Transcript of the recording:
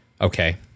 Okay